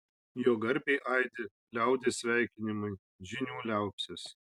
jo garbei aidi liaudies sveikinimai žynių liaupsės